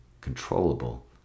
controllable